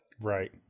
Right